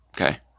okay